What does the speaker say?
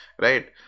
Right